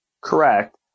Correct